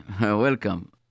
welcome